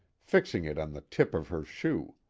fixing it on the tip of her shoe.